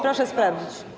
Proszę sprawdzić.